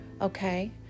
okay